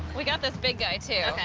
we got this big guy, too. ok.